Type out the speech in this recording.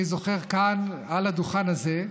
אני זוכר כאן, על הדוכן הזה,